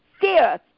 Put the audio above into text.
fear